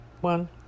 one